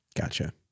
Gotcha